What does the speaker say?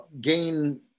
gain